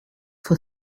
for